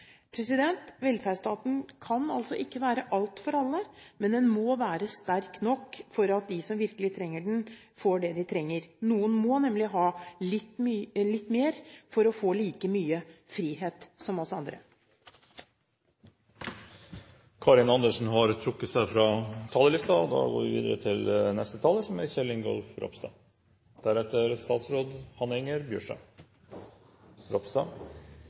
Velferdsstaten kan altså ikke være alt for alle, men den må være sterk nok for at de som virkelig trenger den, får det de trenger. Noen må nemlig ha litt mer for å få like mye frihet som oss